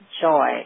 joy